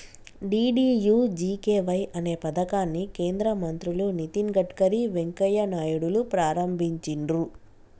DDUGKY అనే పథకాన్ని కేంద్ర మంత్రులు నితిన్ గడ్కరీ, వెంకయ్య నాయుడులు ప్రారంభించిర్రు